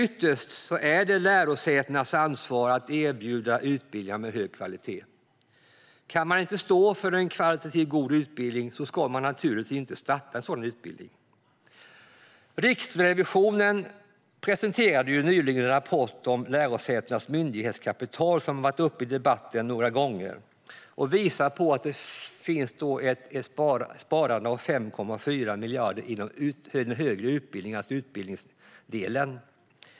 Ytterst är det lärosätenas ansvar att erbjuda utbildningar med hög kvalitet. Kan man inte stå för en kvalitativt god utbildning ska man naturligtvis inte starta en sådan utbildning. Riksrevisionen presenterade nyligen en rapport om lärosätenas myndighetskapital, vilken har tagits upp i debatten några gånger. Den visar att det finns ett sparande om 5,4 miljarder i utbildningsdelen av den högre utbildningen.